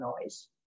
noise